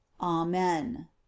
Amen